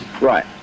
Right